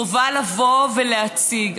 חובה להציג,